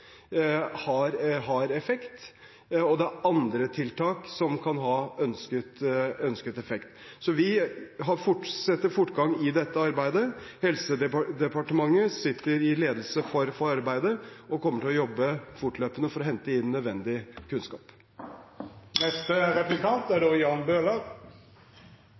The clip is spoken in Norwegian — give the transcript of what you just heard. ekteskap, har effekt, og det er også andre tiltak som kan ha ønsket effekt. Vi fortsetter fortgangen i dette arbeidet. Helse- og omsorgsdepartementet leder arbeidet og kommer til å jobbe fortløpende for å hente inn nødvendig kunnskap.